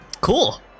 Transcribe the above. Cool